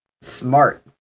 smart